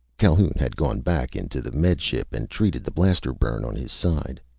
calhoun had gone back into the med ship and treated the blaster burn on his side.